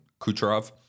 Kucherov